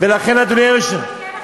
לא היה לך רישיון נשק.